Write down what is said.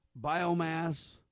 biomass